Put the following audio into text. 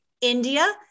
India